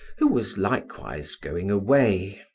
who was likewise going away.